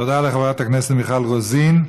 תודה לחברת הכנסת מיכל רוזין.